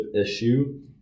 issue